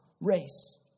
race